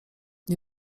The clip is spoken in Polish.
nie